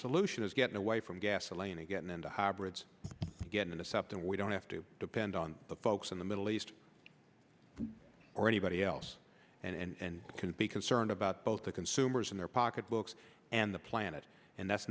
solution is getting away from gasoline and getting into hybrids get into something we don't have to depend on the folks in the middle east or anybody else and can be concerned about both the consumers and their pocketbooks and the planet and that's